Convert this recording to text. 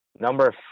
Number